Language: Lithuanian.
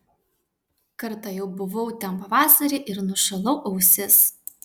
kartą jau buvau ten pavasarį ir nušalau ausis